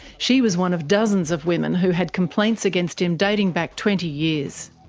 she was one of dozens of women who had complaints against him dating back twenty years.